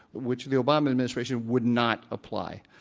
which the obama administration would not apply.